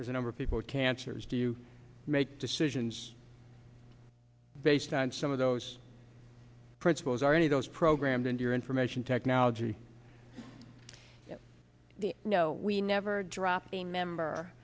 there's a number of people cancers do you make decisions based on some of those principles or any of those programs in your information technology the no we never drop a member